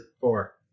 four